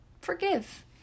forgive